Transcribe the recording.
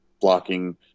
blocking